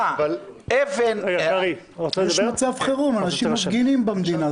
יש מצב חירום במדינה.